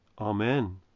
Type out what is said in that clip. Amen